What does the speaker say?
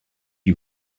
you